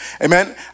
Amen